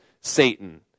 Satan